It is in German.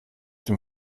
dem